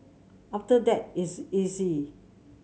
after that it's easy